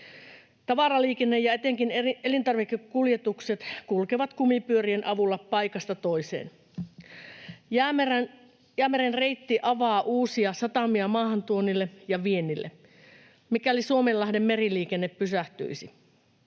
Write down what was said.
Tavaraliikenne ja etenkin elintarvikekuljetukset kulkevat kumipyörien avulla paikasta toiseen. Jäämeren reitti avaa uusia satamia maahantuonnille ja viennille, mikäli Suomenlahden meriliikenne pysähtyisi.